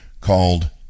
called